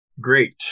great